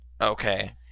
okay